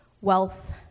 wealth